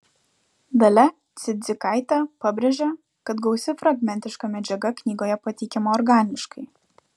dalia cidzikaitė pabrėžė kad gausi fragmentiška medžiaga knygoje pateikiama organiškai